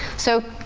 so,